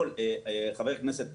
חבר הכנסת טל,